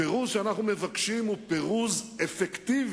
הפירוז שאנחנו מבקשים הוא פירוז אפקטיבי,